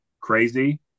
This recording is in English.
crazy